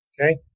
okay